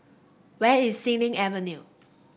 where is Xilin Avenue